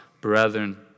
brethren